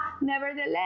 nevertheless